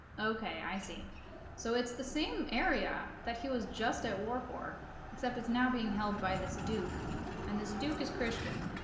okay i see so it's the same area that he was just at war for except it's now being held by this duke and this duke is christian